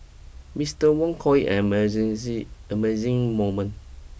Mister Wong call it an amazing moment